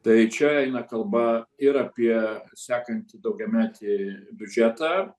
tai čia eina kalba ir apie sekantį daugiametį biudžetą